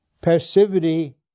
Passivity